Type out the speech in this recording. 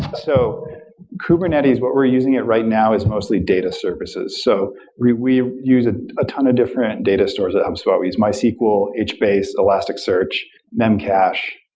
so kubernetes, what we're using it right now is mostly date services. so we we use a ah ton of different data stores at hubspot. we use mysql, hbase, elasticsearch memcache.